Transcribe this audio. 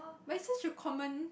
but is such a common